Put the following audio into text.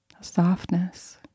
softness